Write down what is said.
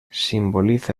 simboliza